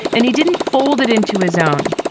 and he didn't folded into his own.